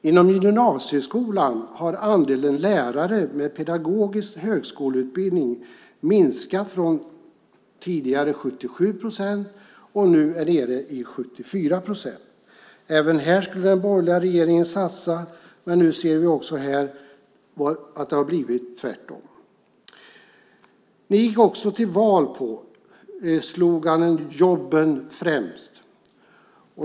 Inom gymnasieskolan har andelen lärare med pedagogisk högskoleutbildning minskat från tidigare 77 procent till 74 procent. Även här skulle den borgerliga regeringen satsa, men nu ser vi också här att det har blivit tvärtom. Ni gick också till val på sloganen "Jobben främst".